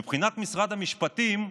מבחינת משרד המשפטים,